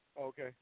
Okay